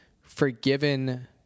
forgiven